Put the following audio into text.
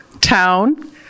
town